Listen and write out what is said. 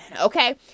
okay